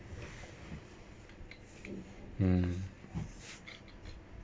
mm